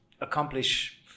accomplish